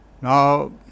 Now